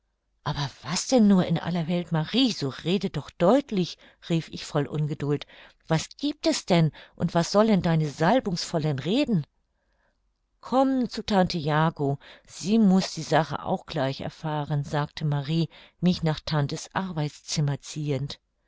aber was denn nur in aller welt marie so rede doch deutlich rief ich voll ungeduld was giebt es denn und was sollen deine salbungsvollen reden komm zur tante jagow sie muß die sache auch gleich erfahren sagte marie mich nach tante's arbeitszimmer ziehend